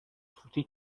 فوتی